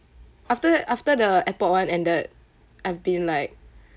after after the airport one ended I've been like